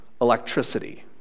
electricity